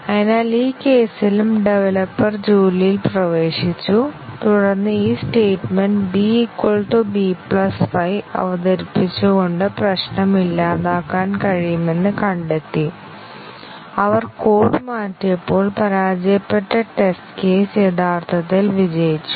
അതിനാൽ ഈ കേസിലും ഡവലപ്പർ ജോലിയിൽ പ്രവേശിച്ചു തുടർന്ന് ഈ സ്റ്റേറ്റ്മെൻറ് b b 5 അവതരിപ്പിച്ചുകൊണ്ട് പ്രശ്നം ഇല്ലാതാക്കാൻ കഴിയുമെന്ന് കണ്ടെത്തി അവർ കോഡ് മാറ്റിയപ്പോൾ പരാജയപ്പെട്ട ടെസ്റ്റ് കേസ് യഥാർത്ഥത്തിൽ വിജയിച്ചു